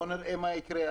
בואו נראה מה יקרה.